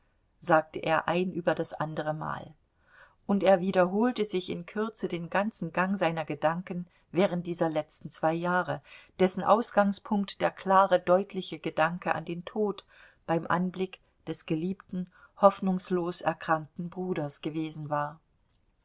sagte er ein über das andere mal und er wiederholte sich in kürze den ganzen gang seiner gedanken während dieser letzten zwei jahre dessen ausgangspunkt der klare deutliche gedanke an den tod beim anblick des geliebten hoffnungslos erkrankten bruders gewesen war